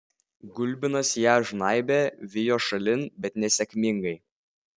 gulbinas ją žnaibė vijo šalin bet nesėkmingai